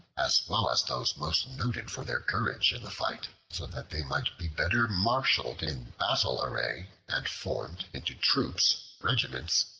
as well as those most noted for their courage in the fight, so that they might be better marshaled in battle array and formed into troops, regiments,